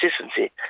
consistency